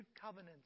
covenant